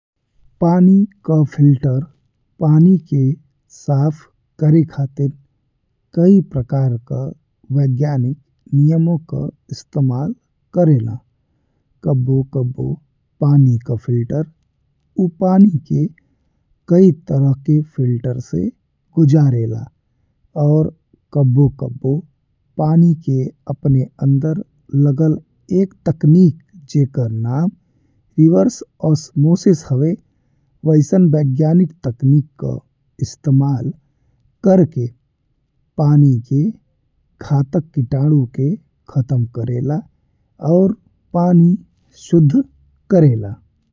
पानी का फिल्टर पानी के साफ करे खातिन कई प्रकार का वैज्ञानिक नियमो का इस्तेमाल करेला। कबहू-कबहू पानी का फिल्टर ऊ पानी के कई तरह के फिल्टर से गुजरेला। और कबहू-कबहू पानी के अपने अंदर लगल एक तकनीक जेकर नाम रिवर्स ऑस्मोसिस हवे। वइसन वैज्ञानिक तकनीक का इस्तेमाल करके पानी के घातक कीटाणु के खत्म करेला और पानी शुद्ध करेला।